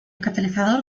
catalizador